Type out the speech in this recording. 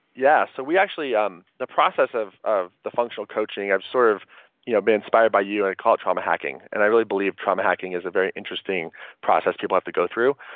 yeah, so we actually, um the process of of the functional coaching, i've sort of you know been inspired by you and i call it trauma hacking and i really believe trauma hacking is a very interesting process people have to go through.